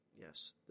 Yes